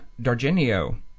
Dargenio